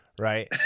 Right